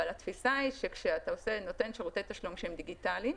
אבל התפיסה היא שכשאתה נותן שירותי תשלום דיגיטליים,